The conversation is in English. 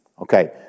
Okay